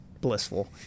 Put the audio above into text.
blissful